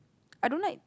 I don't like